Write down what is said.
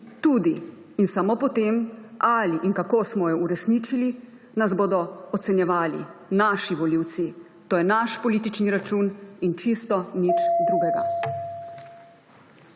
Tudi in samo po tem, ali in kako smo jo uresničili, nas bodo ocenjevali naši volivci. To je naš politični račun in čisto nič drugega.